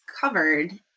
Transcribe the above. covered